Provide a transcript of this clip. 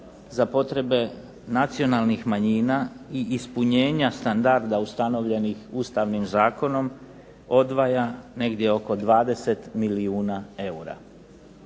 za potrebe nacionalnih manjina i ispunjenja standarda ustanovljenih ustavnim zakonom odvaja negdje oko 20 milijuna eura.